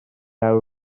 awr